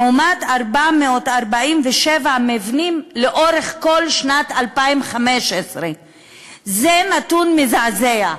לעומת 447 מבנים לאורך כל שנת 2015. זה נתון מזעזע.